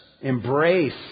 Embrace